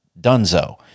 dunzo